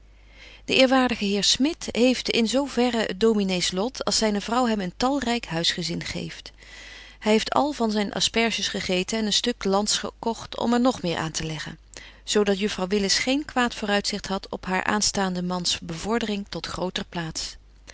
de eerwaardige heer smit heeft in zo verre het dominees lot als zyne vrouw hem een talryk huisgezin geeft hy heeft al van zyn asperges gegeten en een stukje lands gekogt om er nog meer aan te leggen zo dat juffrouw willis geen kwaad vooruitzicht hadt op haar aanstaanden mans betje wolff en aagje deken historie van mejuffrouw sara burgerhart bevordering tot groter plaats